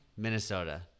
Minnesota